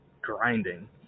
grinding